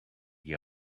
the